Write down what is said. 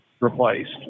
replaced